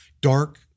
dark